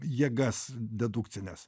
jėgas dedukcines